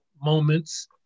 moments